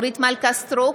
אורית מלכה סטרוק,